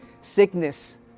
sickness